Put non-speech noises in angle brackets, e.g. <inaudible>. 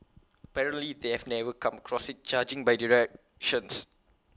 apparently they have never come across IT judging by <unintelligible>